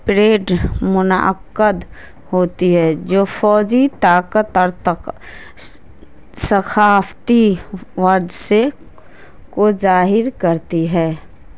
parade منعقد ہوتی ہے جو فوجی طاقت اور ثقافتی ورثے کو ظاہر کرتی ہے